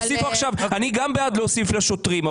אני גם בעד להוסיף לשוטרים,